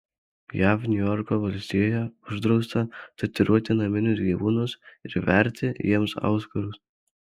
jav niujorko valstijoje uždrausta tatuiruoti naminius gyvūnus ir verti jiems auskarus